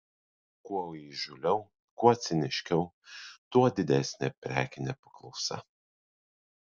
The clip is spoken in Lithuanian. kuo įžūliau kuo ciniškiau tuo didesnė prekinė paklausa